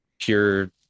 pure